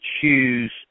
choose